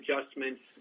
adjustments